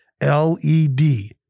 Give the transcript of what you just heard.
L-E-D